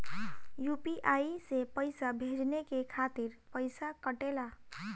UPI से पइसा भेजने के खातिर पईसा कटेला?